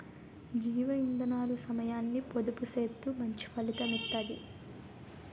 జీవ ఇందనాలు సమయాన్ని పొదుపు సేత్తూ మంచి ఫలితం ఇత్తది